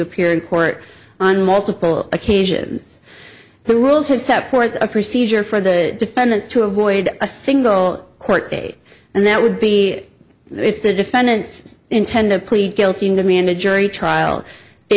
appear in court on multiple occasions the rules have set forth a procedure for the defendants to avoid a single court date and that would be if the defendants intend to plead guilty and demand a jury trial they